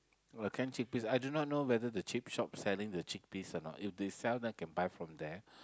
or can chickpeas I do not know whether the cheap shop selling the chickpeas or not if they sell then can buy from there